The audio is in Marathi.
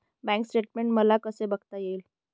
बँक स्टेटमेन्ट मला कसे बघता येईल?